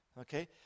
Okay